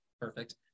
perfect